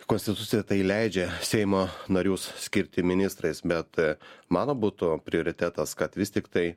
konstitucija tai leidžia seimo narius skirti ministrais bet mano būtų prioritetas kad vis tiktai